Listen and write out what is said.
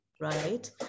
right